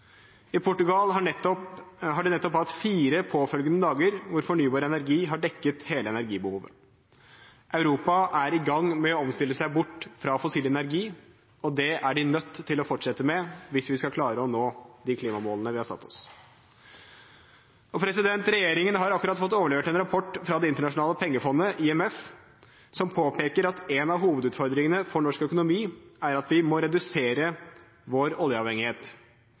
I Portugal har de nettopp hatt fire påfølgende dager da fornybar energi har dekket hele energibehovet deres. Europa er i gang med å omstille seg bort fra fossil energi, og det er de nødt til å fortsette med hvis vi skal klare å nå de klimamålene vi har satt oss. Regjeringen har akkurat fått overlevert en rapport fra Det internasjonale pengefondet, IMF, som påpeker at en av hovedutfordringene for norsk økonomi er at vi må redusere vår oljeavhengighet.